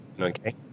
Okay